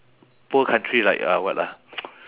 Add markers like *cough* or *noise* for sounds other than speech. poor country like uh what lah *noise*